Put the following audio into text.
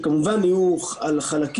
כמובן יהיו חלקים,